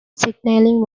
signalling